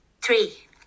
Three